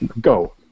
go